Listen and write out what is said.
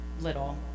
little